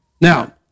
Now